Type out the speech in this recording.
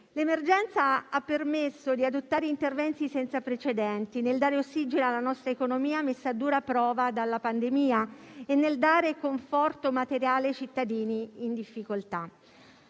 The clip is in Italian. L'emergenza ha permesso di adottare interventi senza precedenti nel dare ossigeno alla nostra economia, messa a dura prova dalla pandemia, e nel dare conforto materiale ai cittadini in difficoltà.